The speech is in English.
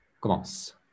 Commence